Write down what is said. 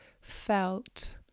felt